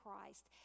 Christ